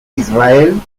israel